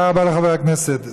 תודה רבה לחבר הכנסת זחאלקה.